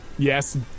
Yes